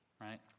right